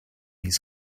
his